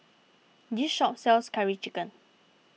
this shop sells Curry Chicken